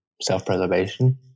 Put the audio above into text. self-preservation